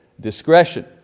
discretion